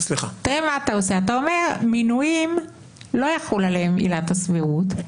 אתה אומר מינויים לא תחול עליהם הסבירות,